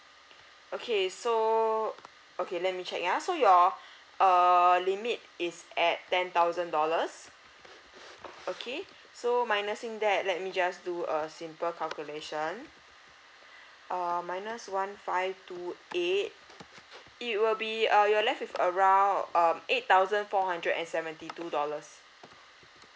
okay so okay let me check ya so your err limit is at ten thousand dollars okay so that let me just do a simple calculation err minus one five two eight it will be uh you're left with around um eight thousand four hundred and seventy two dollars